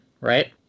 right